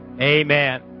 amen